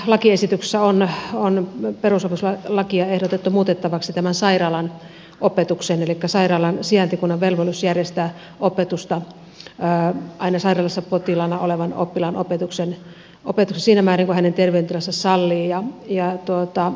työrauhan lisäksihän tässä lakiesityksessä on perusopetuslakia ehdotettu muutettavaksi tästä sairaalan opetuksesta elikkä sairaalan sijaintikunnan velvollisuus on järjestää sairaalassa potilaana olevan oppilaan opetusta siinä määrin kuin hänen terveydentilansa sallii